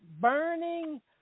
burning